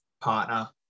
partner